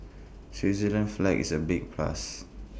Switzerland's flag is A big plus